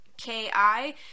K-I